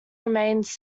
remains